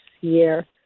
year